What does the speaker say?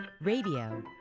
Radio